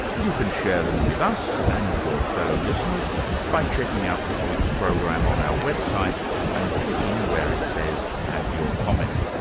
you can share them with us and your fellow-listeners by checking out this week's program on our website and clicking where it says add your comment.